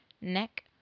neck